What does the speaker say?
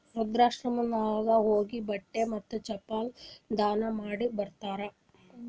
ವೃದ್ಧಾಶ್ರಮನಾಗ್ ಹೋಗಿ ಬಟ್ಟಿ ಮತ್ತ ಚಪ್ಪಲ್ ದಾನ ಮಾಡಿ ಬರ್ತಾರ್